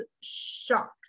shocked